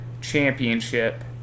Championship